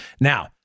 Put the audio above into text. now